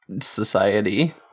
society